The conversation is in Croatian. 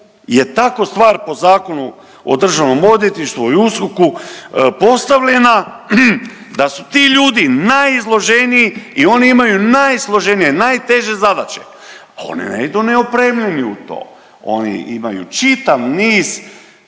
je tako stvar po zakonu o Državnom odvjetništvu i USKOK-u postavljena da su ti ljudi najizloženiji i oni imaju najsloženije, najteže zadaće. Oni ne idu neopremljeni u to. Oni imaju čitav niz